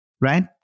right